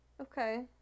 Okay